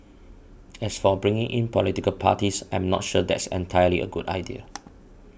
as for bringing in political parties I'm not sure that's entirely a good idea